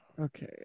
Okay